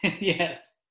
Yes